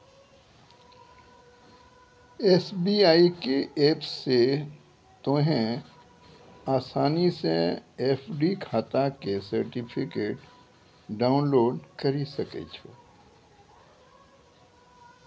SBI के app से तोंहें असानी से एफ.डी खाता के सर्टिफिकेट डाउनलोड करि सकै छो